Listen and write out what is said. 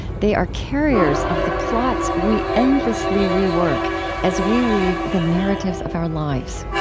they are carriers of the plots we endlessly rework as we weave the narratives of our lives